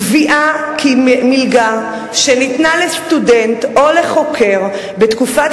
קביעה כי מלגה שניתנה לסטודנט או לחוקר בתקופת